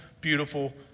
beautiful